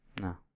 No